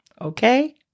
Okay